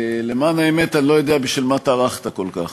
למען האמת אני לא יודע בשביל מה טרחת כל כך.